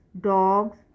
dogs